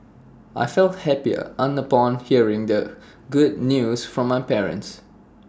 I felt happy on upon hearing the good news from my parents